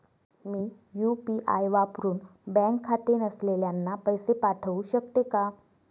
मी UPI वापरुन bank खाते नसलेल्यांना पैसे पाठवू शकते का?